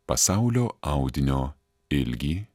pasaulio audinio ilgį